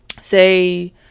say